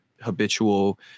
habitual